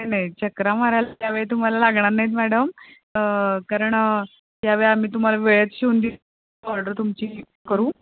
नाही नाही चकरा मारायला त्यावेळी तुम्हाला लागणार नाहीत मॅडम कारण त्यावेळी आम्ही तुम्हाला वेळेत शिवून दि ऑर्डर तुमची करू